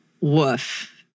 Woof